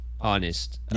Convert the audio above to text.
honest